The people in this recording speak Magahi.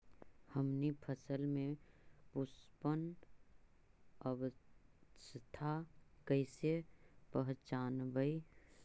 हमनी फसल में पुष्पन अवस्था कईसे पहचनबई?